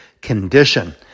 condition